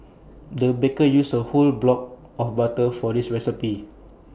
the baker used A whole block of butter for this recipe